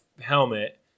helmet